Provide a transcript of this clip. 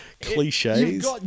cliches